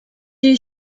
you